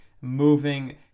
moving